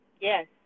Yes